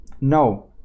No